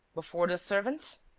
before the servants?